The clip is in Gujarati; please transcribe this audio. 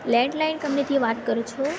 લેન્ડલાઇન કંપનીથી વાત કરો છો